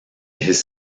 his